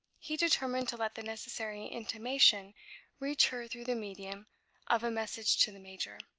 he determined to let the necessary intimation reach her through the medium of a message to the major,